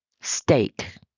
steak